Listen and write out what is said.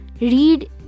read